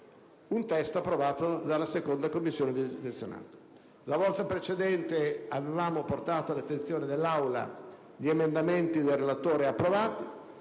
un testo approvato dalla 2a Commissione del Senato. La volta precedente avevamo portato all'attenzione dell'Aula gli emendamenti del relatore approvati